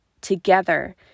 together